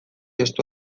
estu